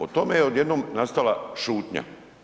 O tome je odjednom nastala šutnja.